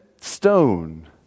stone